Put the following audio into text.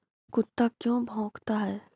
कुत्ता क्यों भौंकता है?